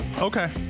Okay